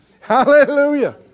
Hallelujah